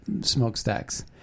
smokestacks